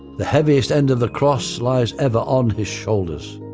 the heaviest end of the cross lies ever on his shoulders.